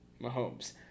Mahomes